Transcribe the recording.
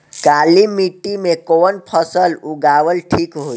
काली मिट्टी में कवन फसल उगावल ठीक होई?